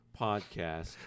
podcast